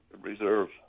Reserve